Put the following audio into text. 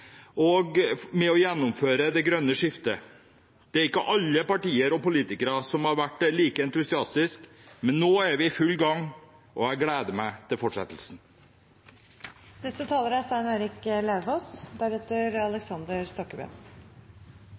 store ambisjoner om å gjennomføre det grønne skiftet. Det er ikke alle partier og politikere som har vært like entusiastiske, men nå er vi i full gang, og jeg gleder meg til fortsettelsen. Det står mye i trontalen. Det er